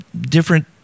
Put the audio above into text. different